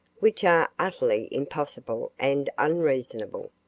which are utterly impossible and unreasonable.